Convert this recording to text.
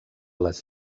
les